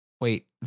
Wait